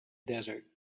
desert